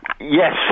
Yes